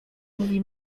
mówi